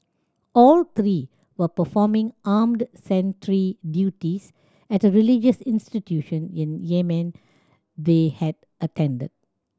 all three were performing armed sentry duties at a religious institution in Yemen they had attended